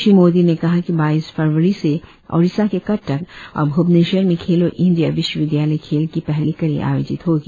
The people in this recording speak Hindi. श्री मोदी ने कहा कि बाईस फरवरी से ओड़िसा के कटक और भुवनेश्वर में खेलों इंडिया विश्वविद्यालय खेल की पहली कड़ी आयोजित होगी